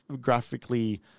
graphically